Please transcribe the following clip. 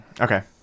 okay